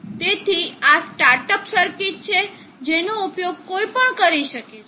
તેથી આ start up circuit છે જેનો ઉપયોગ કોઈ પણ કરી શકે છે